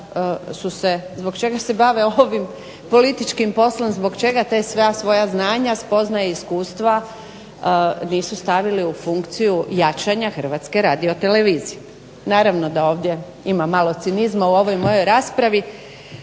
zbog čega se bave ovim političkim poslom, zbog čega ta sva svoja znanja, spoznaje i iskustva nisu stavili u funkciju jačanja Hrvatske radiotelevizije. Naravno da ovdje ima malo cinizma u ovoj mojoj raspravi,